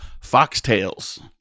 foxtails